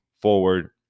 forward